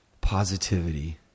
positivity